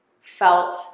felt